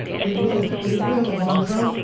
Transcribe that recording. we will, we will, alonzo!